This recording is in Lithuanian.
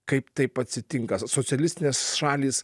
kaip taip atsitinka socialistinės šalys